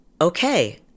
okay